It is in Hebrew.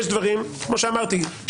יש דברים כמו שאמרתי,